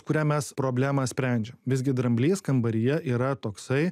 kurią mes problemą sprendžiam visgi dramblys kambaryje yra toksai